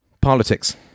politics